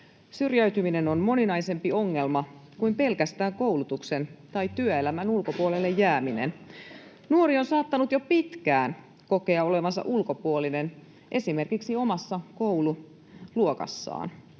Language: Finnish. Syrjäytyminen on moninaisempi ongelma kuin pelkästään koulutuksen tai työelämän ulkopuolelle jääminen. Nuori on saattanut jo pitkään kokea olevansa ulkopuolinen esimerkiksi omassa koululuokassaan,